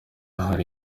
hari